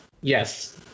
Yes